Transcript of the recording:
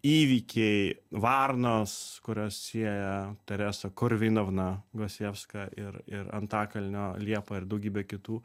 įvykiai varnos kurios sieja teresą korvinovną gosievską ir ir antakalnio liepa ir daugybė kitų